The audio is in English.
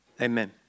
Amen